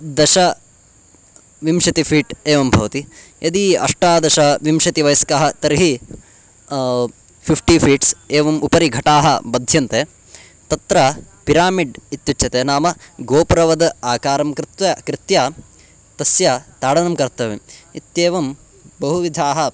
दश विंशतिः फ़ीट् एवं भवति यदि अष्टादश विंशतिवयस्काः तर्हि फ़िफ़्टि फ़ीट्स् एवम् उपरि घटाः बध्यन्ते तत्र पिरामिड् इत्युच्यते नाम गोपुरवद् आकारं कृत्वा कृत्य तस्य ताडनं कर्तव्यम् इत्येवं बहुविधाः